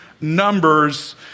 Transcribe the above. numbers